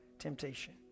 temptation